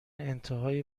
انتهای